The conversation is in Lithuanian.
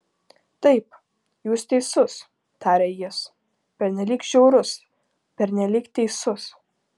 taip jūs teisus tarė jis pernelyg žiaurus pernelyg teisus